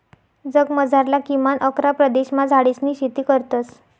जगमझारला किमान अकरा प्रदेशमा झाडेसनी शेती करतस